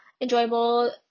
Enjoyable